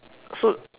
so